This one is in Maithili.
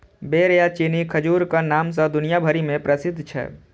बेर या चीनी खजूरक नाम सं दुनिया भरि मे प्रसिद्ध छै